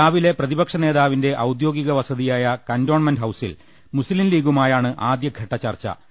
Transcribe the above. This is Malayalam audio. രാവിലെ പ്രതിപക്ഷ നേതാവിന്റെ ഔദ്യോഗിക വസതിയായ കന്റോൺമെന്റ് ഹൌസിൽ മുസ്ലിം ലീഗുമായാണ് ആദ്യ ഘട്ട ചർച്ചു